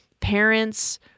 parents